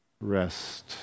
Rest